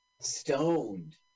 stoned